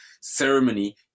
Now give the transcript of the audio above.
ceremony